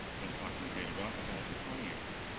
been talking with david rockefeller for twenty years.